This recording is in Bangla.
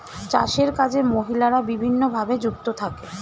চাষের কাজে মহিলারা বিভিন্নভাবে যুক্ত থাকে